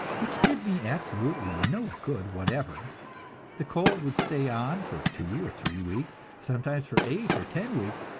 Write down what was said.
which did me absolutely no good whatever the cold would stay on for two or three weeks, sometimes for eight or ten weeks,